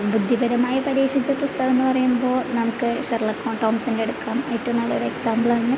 ബുദ്ധിപരമായി പരീക്ഷിച്ച പുസ്തകമെന്ന് പറയുമ്പോൾ നമുക്ക് ഷെർലക് ഹോം ടോംസിൻ്റെ എടുക്കാം ഏറ്റവും നല്ലൊരു എക്സാമ്പിൾ ആണ്